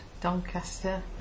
Doncaster